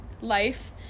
life